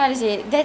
mm